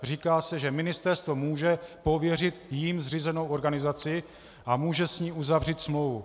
Říká se, že ministerstvo může pověřit jím zřízenou organizaci a může s ní uzavřít smlouvu.